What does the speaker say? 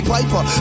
Piper